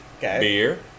beer